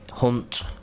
Hunt